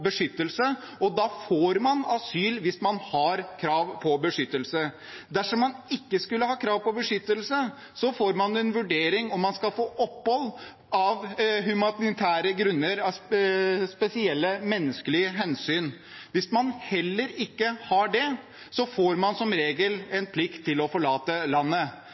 beskyttelse, og man får asyl hvis man har krav på beskyttelse. Dersom man ikke skulle ha krav på beskyttelse, får man en vurdering av om man skal få opphold av humanitære grunner, spesielle menneskelige hensyn. Hvis man heller ikke har det, får man som regel en plikt til å forlate landet.